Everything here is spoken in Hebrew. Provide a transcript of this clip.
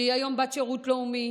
שהיא היום בת שירות לאומי,